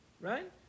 Right